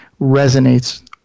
resonates